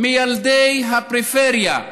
מילדי הפריפריה,